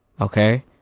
okay